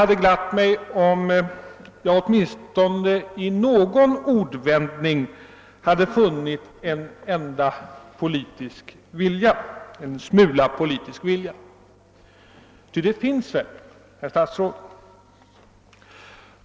Jag skulle varit glad om jag åtminstone i någon ordvändning hade funnit en smula politisk vilja — ty den finns väl, herr statsråd?